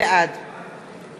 בעד